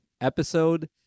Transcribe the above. episode